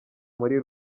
muri